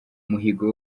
umuhigo